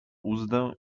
uzdę